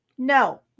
No